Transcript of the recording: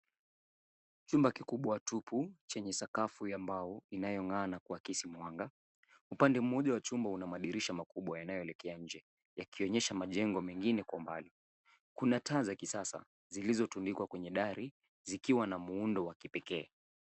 Chumba kikubwa tupu, chenye sakafu ya mbao inayong'aa na kuakisi mwanga. Upande mmoja wa chumba una madirisha makubwa yanayoelekea nje yakionyesha majengo mengine kwa mbali. Kuna taa za kisasa zilizotundikwa kwenye dari zikiwa na muundo wa kipekee.